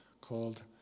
called